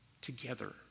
together